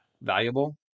valuable